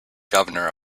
governor